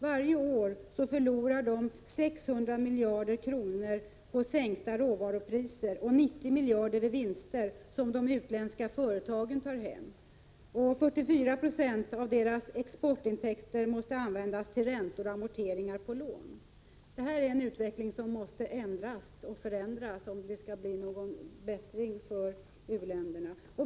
Varje år förlorar de 600 miljarder kronor på sänkta råvarupriser och 90 miljarder i vinster, som de utländska företagen tar hem. 44 96 av dagens exportintäkter måste användas till räntor och amorteringar på lån. Det här är en utveckling som måste förändras om det skall bli någon bättring för u-länderna.